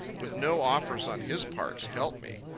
with no offers on his part to help me.